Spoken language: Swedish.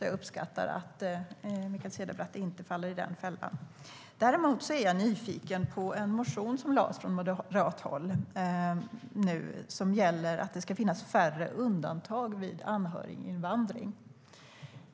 Jag uppskattar att Mikael Cederbratt inte går i den fällan. Däremot är jag nyfiken på en motion som väckts från moderat håll och som gäller att det ska finnas färre undantag vid anhöriginvandring.